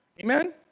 Amen